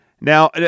Now